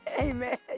Amen